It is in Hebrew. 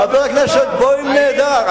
חבר הכנסת בוים, נהדר.